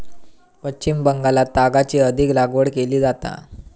पश्चिम बंगालात तागाची अधिक लागवड केली जाता